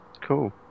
cool